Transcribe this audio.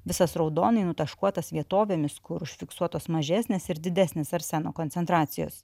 visas raudonai nutaškuotas vietovėmis kur užfiksuotos mažesnės ir didesnės arseno koncentracijos